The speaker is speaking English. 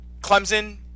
Clemson